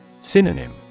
Synonym